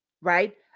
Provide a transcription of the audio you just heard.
right